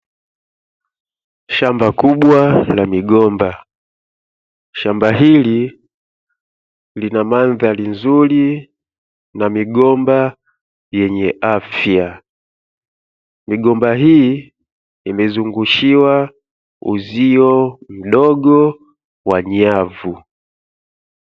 Shamba kubwa la migomba, shamba hili lina mandhari nzuri na migomba yenye afya, migomba hii imezungushiwa uzio mdogo wa nyavu.